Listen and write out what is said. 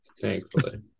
Thankfully